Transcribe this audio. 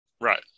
Right